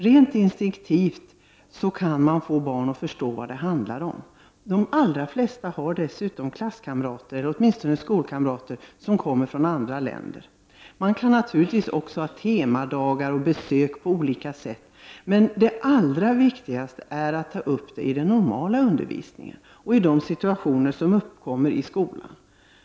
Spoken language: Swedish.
Man kan få barnen att rent instinktivt förstå vad det handlar om. De allra flesta har dessutom klasskamrater eller i varje fall skolkamrater som kommer från andra länder. Naturligtvis kan man också ha temadagar och studiebesök på olika ställen, men det viktigaste är att diskutera frågor om diskriminering i den normala undervisningen i samband med olika situationer som uppkommer i skolan.